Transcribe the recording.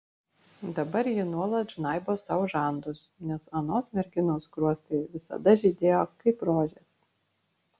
dabar ji nuolat žnaibo sau žandus nes anos merginos skruostai visada žydėjo kaip rožės